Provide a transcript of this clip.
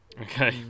Okay